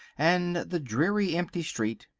and the dreary, empty street.